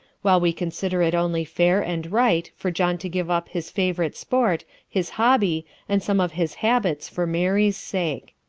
while we consider it only fair and right for john to give up his favorite sport, his hobby and some of his habits for mary's sake.